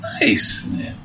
Nice